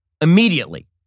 immediately